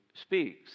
speaks